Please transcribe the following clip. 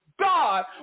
God